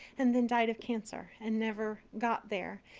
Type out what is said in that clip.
and then died of cancer, and never got there.